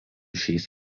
šiais